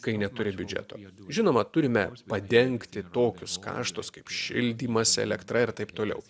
kai neturi biudžeto žinoma turime padengti tokius karštus kaip šildymas elektra ir taip toliau